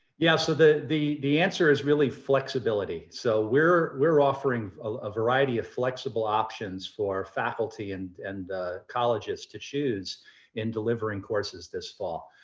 yeah. so the the answer is really flexibility. so we're we're offering a variety of flexible options for faculty and and colleges to choose in delivering courses this fall.